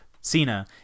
Cena